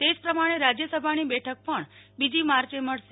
તે જ પ્રમાણે રાજયસભાની બેઠક પણ બીજી માર્યે મળશે